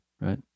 right